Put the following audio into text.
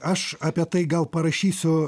aš apie tai gal parašysiu